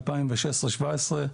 ב-2016-2017.